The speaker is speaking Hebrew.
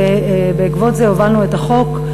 ובעקבות זה הובלנו את החוק.